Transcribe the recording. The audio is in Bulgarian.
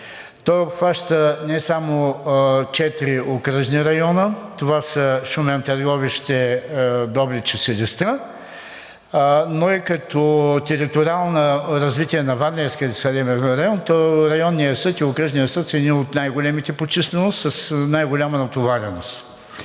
Той обхваща не само четири окръжни района – това са Шумен, Търговище, Добрич и Силистра, но и като териториално развитие на Варненския съдебен район, то Районният съд и Окръжният съд са едни от най-големите по численост, с най-голяма натовареност.